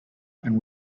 and